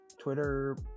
Twitter